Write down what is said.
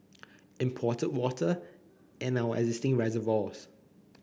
imported water and our existing reservoirs